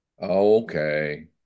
Okay